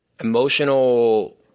emotional